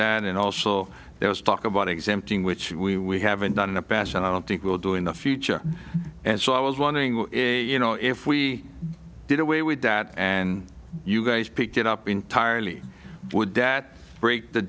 that and also there was talk about exempting which we haven't done the best and i don't think we'll do in the future and so i was wondering you know if we did away with that and you guys picked it up entirely would that break the